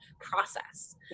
process